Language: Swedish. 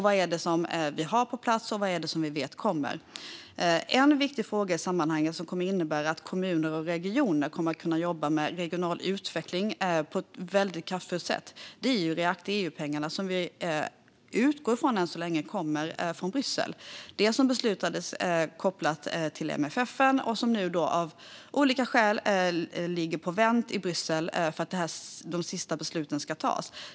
Vad är det som vi har på plats, och vad är det som vi vet kommer? En viktig fråga i sammanhanget som kommer att innebära att kommuner och regioner kan jobba med regional utveckling på ett kraftfullt sätt är de EU-pengar som vi än så länge utgår ifrån kommer från Bryssel. Det är dels sådant som beslutades kopplat till MFF och som av olika skäl ligger på vänt i Bryssel för att de sista besluten ska fattas.